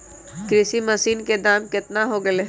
कृषि मशीन के दाम कितना हो गयले है?